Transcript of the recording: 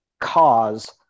cause